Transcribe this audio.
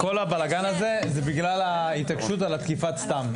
כל הזה, זה בגלל ההתעקשות על תקיפת סתם.